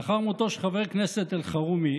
לאחר מותו של חבר הכנסת אלחרומי,